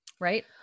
Right